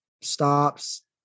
stops